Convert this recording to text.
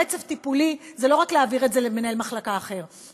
רצף טיפולי זה לא רק להעביר את זה למנהל מחלקה אחר,